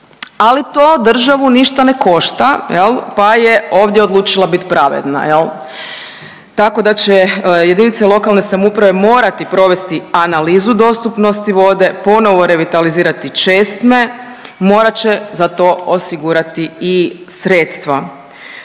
ali to državu ništa ne košta jel pa je ovdje odlučila biti pravedna jel. Tako da će jedinice lokalne samouprave morati provesti analizu dostupnosti vode, ponovno revitalizirati česme, morat će za to osigurati i sredstva.